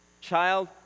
child